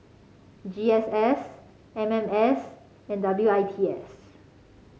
G S S M M S and W I T S